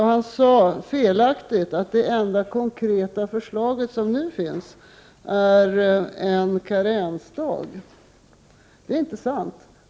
Han sade att det enda konkreta förslag som nu finns är en karensdag. Det är inte sant.